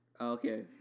Okay